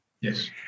Yes